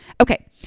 Okay